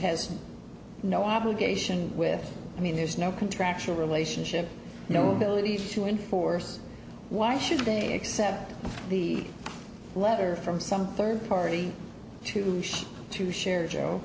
has no obligation with i mean there's no contractual relationship no ability to enforce why should they accept the letter from some third party touche to sh